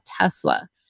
Tesla